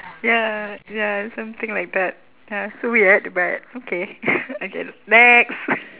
ya ya something like that ya so we had to okay I get it okay next